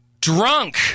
drunk